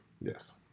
Yes